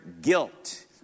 guilt